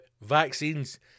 vaccines